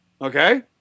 Okay